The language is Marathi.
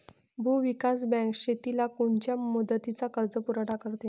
भूविकास बँक शेतीला कोनच्या मुदतीचा कर्जपुरवठा करते?